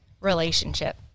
relationship